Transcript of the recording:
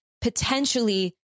potentially